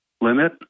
limit